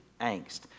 angst